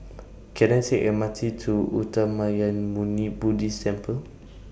Can I Take The M R T to Uttamayanmuni Buddhist Temple